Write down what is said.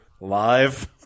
live